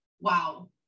wow